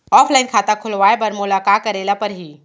Offline खाता खोलवाय बर मोला का करे ल परही?